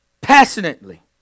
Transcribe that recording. passionately